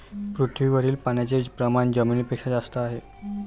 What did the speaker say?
पृथ्वीवरील पाण्याचे प्रमाण जमिनीपेक्षा जास्त आहे